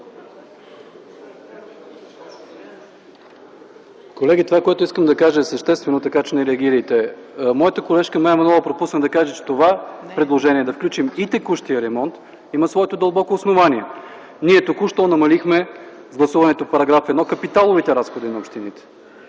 (КБ): Това, което искам да кажа, е съвсем естествено, така че не реагирайте. Моята колежка Мая Манолова пропусна да каже, че предложението да включим и текущия ремонт има своето дълбоко основание. Ние току-що намалихме с гласуването по § 1 капиталовите разходи на общините.